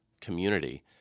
community